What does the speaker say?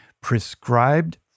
prescribed